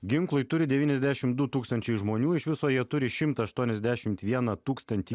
ginklui turi devyniasdešim du tūkstančiai žmonių iš viso jie turi šimtą aštuoniasdešimt vieną tūkstantį